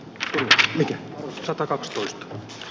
tutki satakaksitoista